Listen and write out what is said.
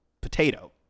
potato